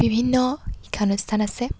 বিভিন্ন শিক্ষা অনুষ্ঠান আছে